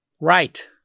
Right